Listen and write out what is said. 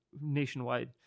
nationwide